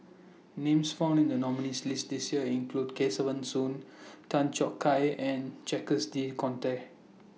Names found in The nominees' list This Year include Kesavan Soon Tan Choo Kai and Jacques De Coutre